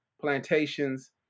plantations